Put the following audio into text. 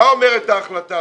מה אומרת ההחלטה?